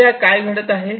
सध्या काय घडत आहे